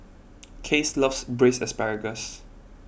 Case loves Braised Asparagus